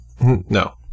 No